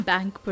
Bank